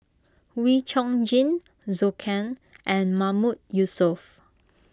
Wee Chong Jin Zhou Can and Mahmood Yusof